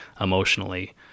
Emotionally